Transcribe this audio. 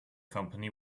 company